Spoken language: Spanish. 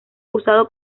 usado